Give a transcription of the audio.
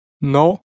No